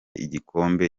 igikombe